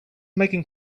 making